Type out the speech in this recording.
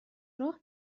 راه